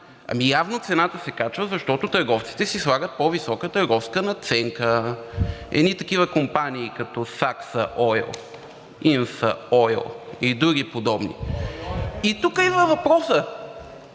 Ами, явно цената се качва, защото търговците си слагат по-висока търговска надценка. Едни такива компании, като „Сакса ойл“, „Инса ойл“ и други подобни, и тук идва въпросът